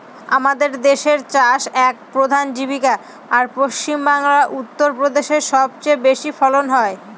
আমাদের দেশের চাষ এক প্রধান জীবিকা, আর পশ্চিমবাংলা, উত্তর প্রদেশে সব চেয়ে বেশি ফলন হয়